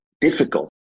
difficult